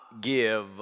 give